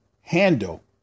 handle